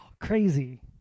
crazy